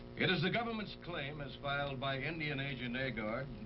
it is the government's claim as filed by indian agent agard.